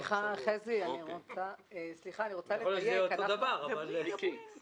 סליחה, אני רוצה לדייק בנושא אמות המידה.